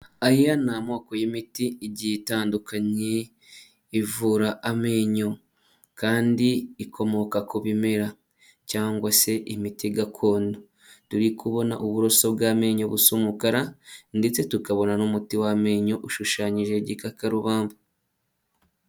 Aya ni amoko y'imiti igiye itandukanye ivura amenyo kandi ikomoka ku bimera cyangwa se imiti gakondo, turi kubona uburoso bw'amenyo busa umukara ndetse tukabona n'umuti w'amenyo ushushanyijeho igikakarubamba.